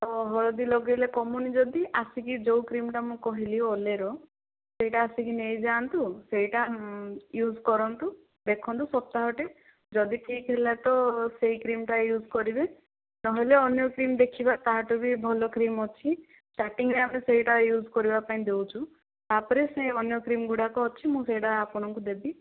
ତ ହଳଦୀ ଲଗେଇଲେ କମୁନି ଯଦି ଆସିକି ଯେଉଁ କ୍ରିମଟା ମୁଁ କହିଲି ଓଲେର ସେଇଟା ଆସିକି ନେଇଯାଆନ୍ତୁ ସେଇଟା ୟୁଜ୍ କରନ୍ତୁ ଦେଖନ୍ତୁ ସପ୍ତାହଟେ ଯଦି ଠିକ୍ ହେଲା ତ ସେଇ କ୍ରିମଟା ୟୁଜ୍ କରିବେ ନହେଲେ ଅନ୍ୟ କ୍ରିମ ଦେଖିବା ତାଠୁ ବି ଭଲ କ୍ରିମ ଅଛି ଷ୍ଟାଟିଙ୍ଗରେ ଆମେ ସେଇଟା ୟୁଜ୍ କରିବାକୁ ଦେଉଛୁ ତାପରେ ସେ ଅନ୍ୟ କ୍ରିମ ଗୁଡ଼ାକ ଅଛି ମୁଁ ସେଇଟା ଆପଣଙ୍କୁ ଦେବି